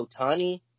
Otani